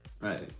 Right